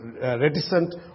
reticent